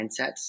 mindsets